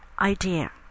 idea